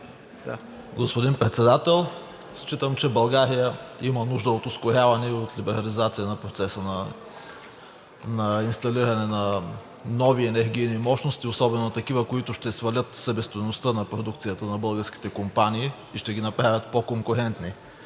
Господин Председател, считам, че България има нужда от ускоряване и реализация на процеса на инсталиране на нови енергийни мощности, особено такива, които ще свалят себестойността на продукцията на българските компании и ще ги направят по-конкурентни